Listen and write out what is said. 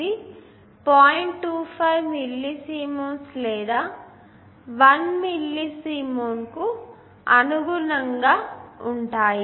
25 millisiemens లేదా 1 millisiemen కు అనుగుణంగా ఉంటాయి